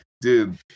Dude